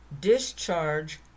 Discharge